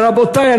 רבותי,